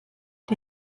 die